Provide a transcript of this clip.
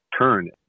turn